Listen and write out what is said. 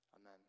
amen